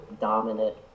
dominant